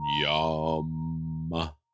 Yum